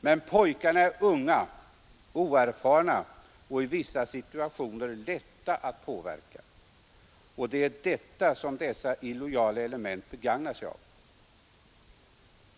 Men pojkarna är unga och oerfarna och i vissa situationer lätta att påverka. Det är detta som dessa illojala element begagnar sig av.